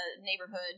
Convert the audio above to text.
neighborhood